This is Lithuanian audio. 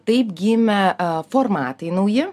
taip gimė formatai nauji